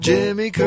Jimmy